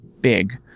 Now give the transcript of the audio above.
big